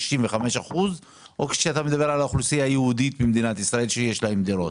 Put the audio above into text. או רק על האוכלוסייה היהודית שיש לה דירות?